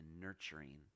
nurturing